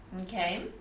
okay